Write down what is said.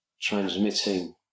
transmitting